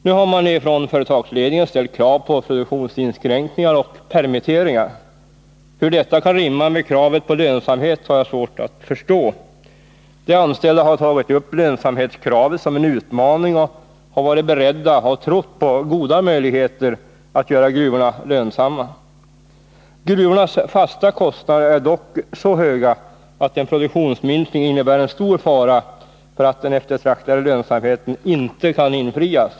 Nu har man ifrån företagsledningens sida ställt krav på produktionsinskränkningar och permitteringar. Hur detta kan rimma med kravet på lönsamhet har jag svårt att förstå. De anställda har tagit lönsamhetskravet som en utmaning och har varit beredda, och de har trott på att goda möjligheter finns att göra gruvorna lönsamma. Gruvornas fasta kostnader är dock så höga att en produktionsminskning innebär en stor fara för att den eftertraktade lönsamheten inte kan förverkligas.